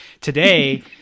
today